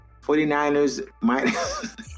49ers